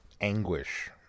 anguish